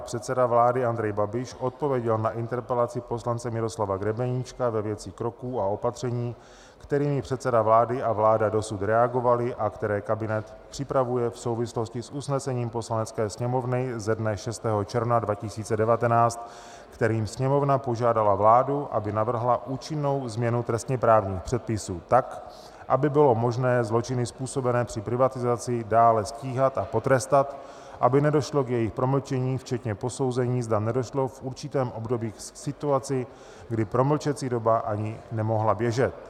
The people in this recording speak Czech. Předseda vlády Andrej Babiš odpověděl na interpelaci poslance Miroslava Grebeníčka ve věci kroků a opatření, kterými předseda vlády a vláda dosud reagovali a které kabinet připravuje v souvislosti s usnesením Poslanecké sněmovny ze dne 6. června 2019, kterým Sněmovna požádala vládu, aby navrhla účinnou změnu trestněprávních předpisů tak, aby bylo možné zločiny způsobené při privatizaci dále stíhat a potrestat, aby nedošlo k jejich promlčení, včetně posouzení, zda nedošlo v určitém období k situaci, kdy promlčecí doba ani nemohla běžet.